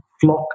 flock